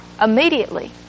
immediately